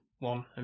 One